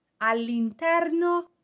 All'interno